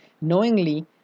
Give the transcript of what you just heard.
knowingly